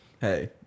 hey